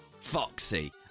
foxy